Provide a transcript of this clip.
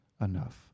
enough